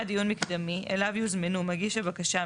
דיון מקדמיו אליו יוזמנו מגיש הבקשה,